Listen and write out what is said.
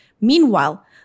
Meanwhile